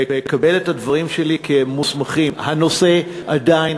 וקבל את הדברים שלי כמוסמכים: הנושא עדיין